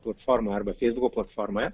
platformoj arba feisbuko platformoje